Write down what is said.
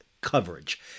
coverage